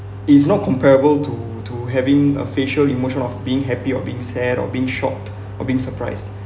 it's not comparable to to having a facial emotion of being happy of being sad or being shocked or being surprised